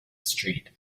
street